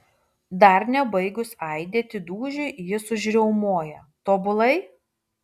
dar nebaigus aidėti dūžiui jis užriaumoja tobulai